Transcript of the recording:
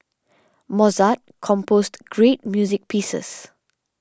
Mozart composed great music pieces